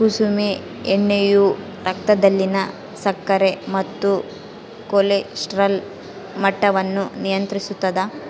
ಕುಸುಮೆ ಎಣ್ಣೆಯು ರಕ್ತದಲ್ಲಿನ ಸಕ್ಕರೆ ಮತ್ತು ಕೊಲೆಸ್ಟ್ರಾಲ್ ಮಟ್ಟವನ್ನು ನಿಯಂತ್ರಿಸುತ್ತದ